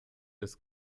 des